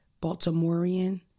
Baltimorean